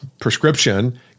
prescription